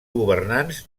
governants